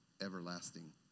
everlasting